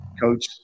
coach